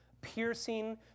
piercing